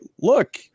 look